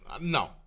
no